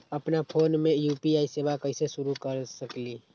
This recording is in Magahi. अपना फ़ोन मे यू.पी.आई सेवा कईसे शुरू कर सकीले?